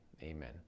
Amen